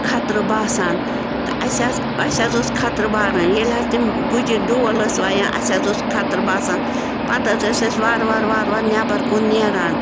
خطرٕ باسان تہٕ اسہِ حظ اسہِ حظ اوس خطرٕ باران ییٚلہِ حظ تِم گُجِرۍ ڈول ٲسۍ وایان اسہِ حظ اوس خطرٕ باسان پَتہٕ حظ ٲسۍ أسۍ وارٕ وارٕ وارٕ نیٚبَر کُن نیران